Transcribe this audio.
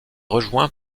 rejoint